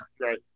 right